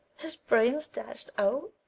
his brains dash'd out,